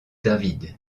david